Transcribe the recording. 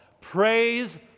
Praise